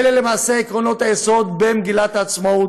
אלה למעשה עקרונות היסוד במגילת העצמאות,